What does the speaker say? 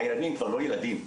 הילדים כבר לא ילדים,